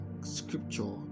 scripture